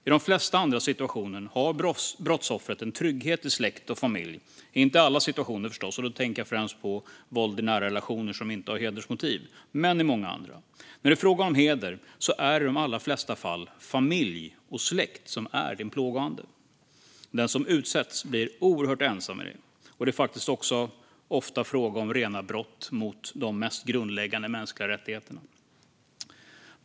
I de flesta andra situationer har brottsoffret en trygghet i släkt och familj - inte i alla situationer förstås, och då tänker jag främst på våld i nära relationer som inte har hedersmotiv, men i många andra. När det är fråga om heder är det i de allra flesta fall familj och släkt som är din plågoande. Den som utsätts blir oerhört ensam. Det är faktiskt också ofta fråga om rena brott mot de mest grundläggande mänskliga rättigheterna.